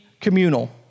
communal